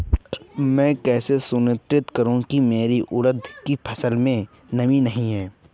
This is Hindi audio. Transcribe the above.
मैं कैसे सुनिश्चित करूँ की मेरी उड़द की फसल में नमी नहीं है?